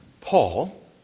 Paul